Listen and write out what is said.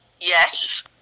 Yes